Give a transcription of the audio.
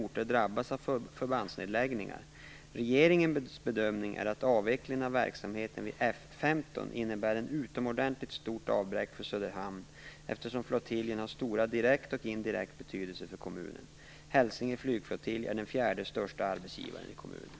Regeringens bedömning är att avvecklingen av verksamheten vid F 15 innebär ett utomordentligt stort avbräck för Söderhamn, eftersom flottiljen har stor direkt och indirekt betydelse för kommunen. Hälsinge flygflottilj är den fjärde största arbetsgivaren i kommunen.